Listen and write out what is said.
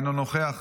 אינו נוכח,